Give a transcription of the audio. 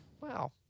Wow